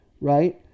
right